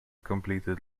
completed